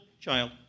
child